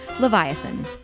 Leviathan